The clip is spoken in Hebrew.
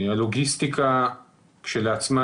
הלוגיסטיקה כשלעצמה,